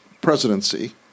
presidency